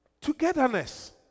Togetherness